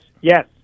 yes